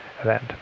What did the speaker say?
event